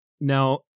now